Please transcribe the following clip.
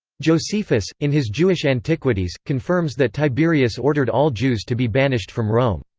josephus, in his jewish antiquities, confirms that tiberius ordered all jews to be banished from rome.